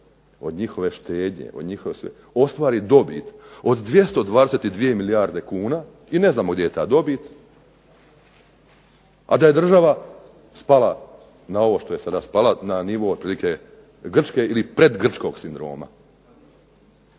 od njihovih davanja od njihove štednje, ostvari dobit od 222 milijarde kuna i ne znamo gdje je ta dobit, a da je država spala na ovo što je spala, na nivo otprilike Grčke ili predgrčkog sindroma?